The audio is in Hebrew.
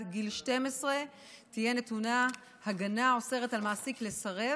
גיל 12 תהיה נתונה הגנה האוסרת על מעסיק לסרב